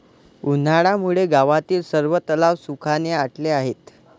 उन्हामुळे गावातील सर्व तलाव सुखाने आटले आहेत